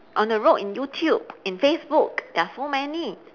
on the road in you tube in facebook there are so many